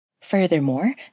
Furthermore